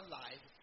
life